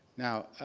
now,